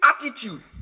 attitude